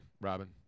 Robin